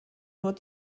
nur